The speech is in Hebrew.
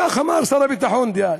כך אמר שר הביטחון דאז,